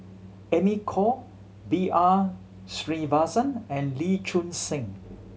Amy Khor B R Sreenivasan and Lee Choon Seng